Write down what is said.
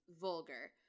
vulgar